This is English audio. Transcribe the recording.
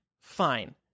Fine